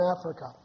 Africa